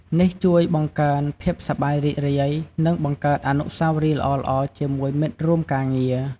នេះជួយបង្កើនភាពសប្បាយរីករាយ និងបង្កើតអនុស្សាវរីយ៍ល្អៗជាមួយមិត្តរួមការងារ។